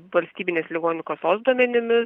valstybinės ligonių kasos duomenimis